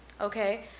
Okay